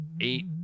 eight